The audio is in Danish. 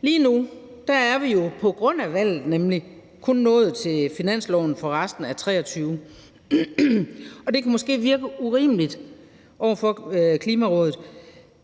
Lige nu er vi jo på grund af valget kun nået til finansloven for resten af 2023, og det kan måske virke urimeligt over for Klimarådet,